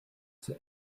zur